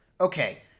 okay